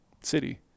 city